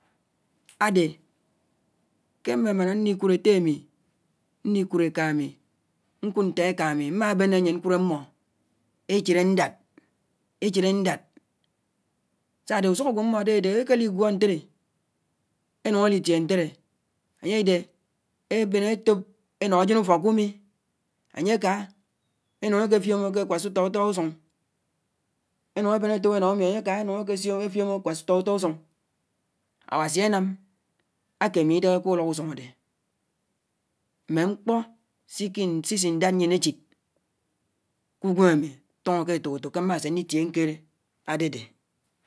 . Ade ke mme mana ñwud ette ami, ñkikud eka ami, nkud nto eka ami. Mme bene anyin nked ammo echid ñded, echid ñded. Saade ufuá agwo mode adchẽ eki ligwo atelé enung elitie ñtélé anye ade eben ẹtóp enọ ajen ufọk ku umi anye aka eñung eue efiomo ki, kwasu-utọutọ úsuñg. Enung eben etóp enọ umi anye aka enung eke fiomo uwasuutọutọ usuñg. Awasi anám ake ami idéhé ke utọk usuñg ade. Mme ñkpọ sisi ndád ñyieñ echi ku uñwém tọnọ ke etoretók ké mme se ñlitie nkdé adede.